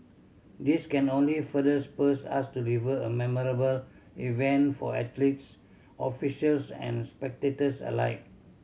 this can only further spurs us to deliver a memorable event for athletes officials and spectators alike